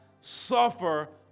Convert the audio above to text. suffer